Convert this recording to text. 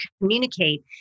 communicate